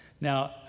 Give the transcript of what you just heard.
Now